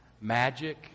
magic